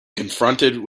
confronted